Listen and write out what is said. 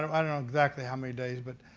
um i don't know exactly how many days, but